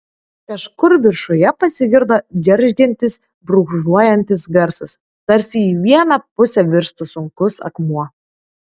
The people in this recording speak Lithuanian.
kažkur viršuje pasigirdo džeržgiantis brūžuojantis garsas tarsi į vieną pusę virstų sunkus akmuo